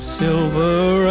silver